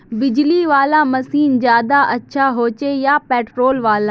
बिजली वाला मशीन ज्यादा अच्छा होचे या पेट्रोल वाला?